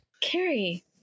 carrie